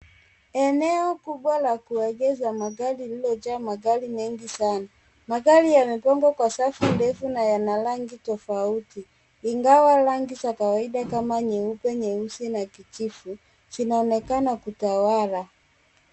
Eneo kubwa la kuegesha magari lililojaa magari mengi sana. Magari yamepangwa kwa safu ndefu na yana rangi tofauti, ingawa rangi za kawaida kama nyeupe, nyeusi na kijivu, zinaonekana kutawala.